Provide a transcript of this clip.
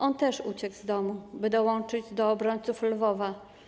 On też uciekł z domu, by dołączyć do obrońców Lwowa.